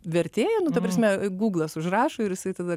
vertėją nu ta prasme guglas užrašo ir jisai tada